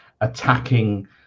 attacking